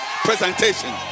presentation